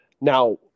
now